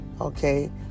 Okay